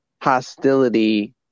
hostility